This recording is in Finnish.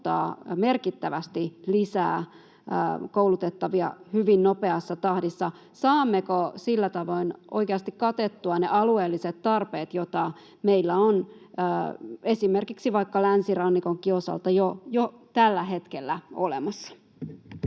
merkittävästi lisää koulutettavia hyvin nopeassa tahdissa? Saammeko sillä tavoin oikeasti katettua ne alueelliset tarpeet, joita meillä on esimerkiksi vaikka länsirannikonkin osalta jo tällä hetkellä olemassa?